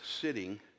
sitting